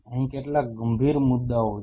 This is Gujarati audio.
અહીં કેટલાક ગંભીર મુદ્દાઓ છે